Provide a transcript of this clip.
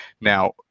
now